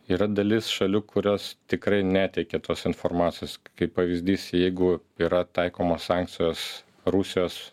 yra dalis šalių kurios tikrai neteikia tos informacijos kaip pavyzdys jeigu yra taikomos sankcijos rusijos